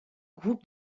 groupe